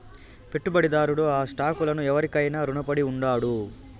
పెట్టుబడిదారుడు ఆ స్టాక్ లను ఎవురికైనా రునపడి ఉండాడు